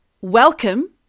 Welcome